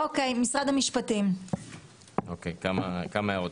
כמה הערות.